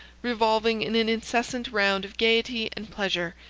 revolving in an incessant round of gayety and pleasure,